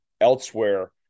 elsewhere